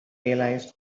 realized